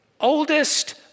oldest